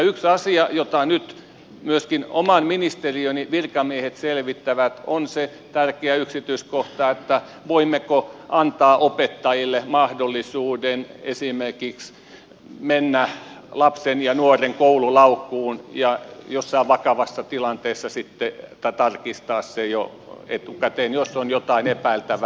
yksi asia jota nyt myöskin oman ministeriöni virkamiehet selvittävät on se tärkeä yksityiskohta voimmeko antaa opettajille mahdollisuuden esimerkiksi mennä lapsen tai nuoren koululaukulle jossain vakavassa tilanteessa tai tarkistaa se jo etukäteen jos on jotain epäiltävää